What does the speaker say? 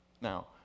Now